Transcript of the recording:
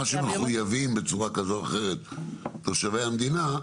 שמחויבים בצורה כזו או אחרת תושבי המדינה,